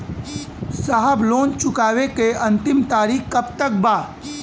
साहब लोन चुकावे क अंतिम तारीख कब तक बा?